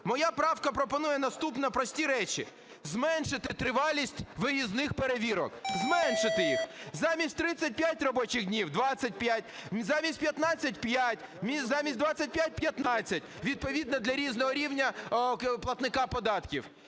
Моя правка пропонує наступні прості речі: зменшити тривалість виїзних перевірок, зменшити їх. Замість 35 робочих днів – 25. Замість 15 – 5. Замість 25 – 15. Відповідно для різного рівня платників податків.